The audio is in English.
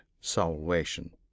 salvation